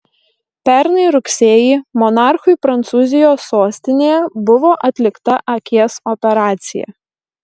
pernai rugsėjį monarchui prancūzijos sostinėje buvo atlikta akies operacija